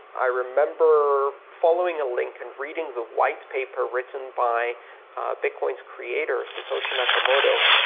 i remember following a link and reading the white paper written by bitcoin's creator satoshi nakamoto,